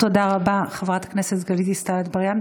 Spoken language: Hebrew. תודה רבה, חברת הכנסת גלית דיסטל אטבריאן.